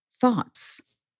Thoughts